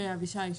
אבישי שוב.